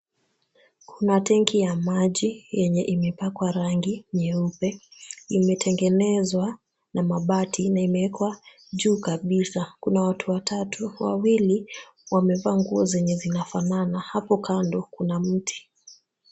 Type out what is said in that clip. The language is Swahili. Kuna tenki ya maji yenye imepakwa rangi nyeupe. Imetengenezwa na mabati na imekwa juu kabisa. Kuna watu watatu. Wawili wamevaa nguo zenye zinafanana. Hapo kando kuna mti.